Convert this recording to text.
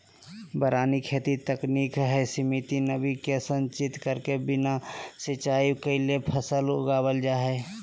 वारानी खेती तकनीक हई, सीमित नमी के संचित करके बिना सिंचाई कैले फसल उगावल जा हई